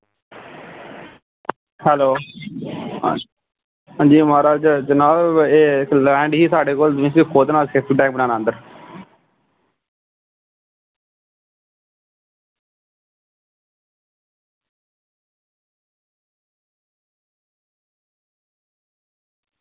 hello अंजी म्हाराज जनाब एह् लैंड ही साढ़े कोल इसी खोदना सैप्टिक टैंक बनाना अंदर